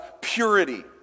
purity